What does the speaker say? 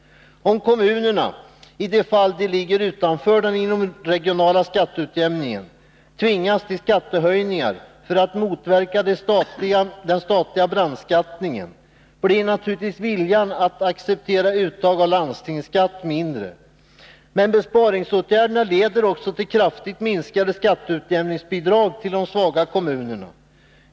Om kommunerna, i de fall de ligger utanför den inomregionala skatteutjämningen, tvingas till skattehöjningar för att motverka den statliga brandskattningen, blir naturligtvis viljan att acceptera uttag av landstingsskatt mindre. Men besparingsåtgärderna leder också till kraftigt minskade skatteutjämningsbidrag till de svaga kommunerna.